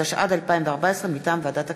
התשע"ד 2014, מטעם ועדת הכנסת.